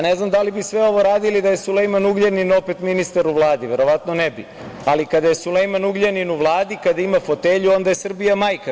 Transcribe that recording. Ne znam da li bi sve ovo radili da je Sulejman Ugljanin opet ministar u Vladi, verovatno ne bi, ali kada je Sulejman Ugljanin u Vladi, kada ima fotelju, onda je Srbija majka.